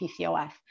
PCOS